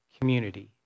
community